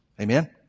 Amen